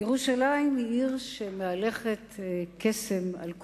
ירושלים היא עיר שמהלכת קסם על כולם.